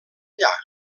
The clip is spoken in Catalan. allà